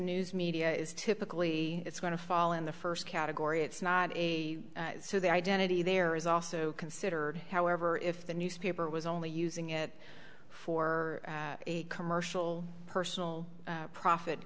news media is typically it's going to fall in the first category it's not a so the identity there is also considered however if the newspaper was only using it for a commercial personal profit